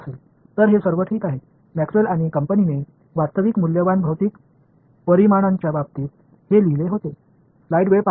எனவே இது எல்லாம் நன்றாக இருக்கிறது இதுதான் மேக்ஸ்வெல் மற்றும் நிறுவனத்தால் உண்மையான மதிப்புள்ள பிஸிக்கல் குவான்டிடிஸ் அடிப்படையில் இது எழுதப்பட்டது